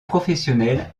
professionnel